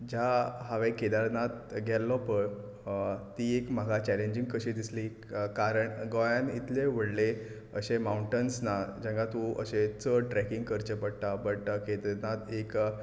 ज्या हांवें केदारनाथ गेल्लो पळय ती एक म्हाका चॅलेंजींग कशी दिसली कारण गोंयांत इतले व्हडले अशे माउंटन्स नात जाका तूं अशें चड ट्रॅकिंग करचें पडटा बट केदारनाथ एक